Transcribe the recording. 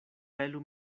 pelu